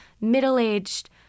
middle-aged